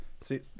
See